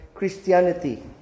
christianity